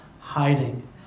hiding